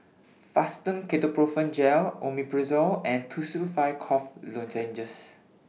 Fastum Ketoprofen Gel Omeprazole and Tussils five Cough Lozenges